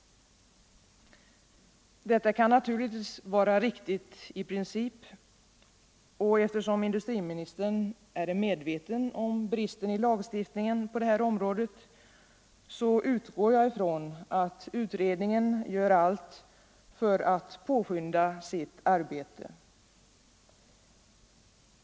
Detta kan naturligtvis vara riktigt i princip, och eftersom industriministern är medveten om bristen i lagstiftningen på detta område utgår jag från att utredningen gör allt för att påskynda sitt arbete.